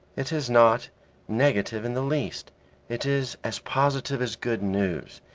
it is not negative in the least it is as positive as good news.